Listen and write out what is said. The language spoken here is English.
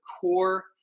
core